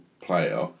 player